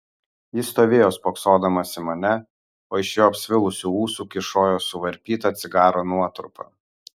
jis stovėjo spoksodamas į mane o iš jo apsvilusių ūsų kyšojo suvarpyta cigaro nuotrupa